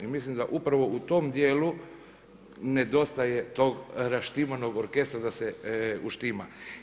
I mislim da upravo u tom dijelu nedostaje tog raštimanog orkestra da se uštima.